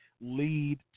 lead